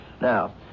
Now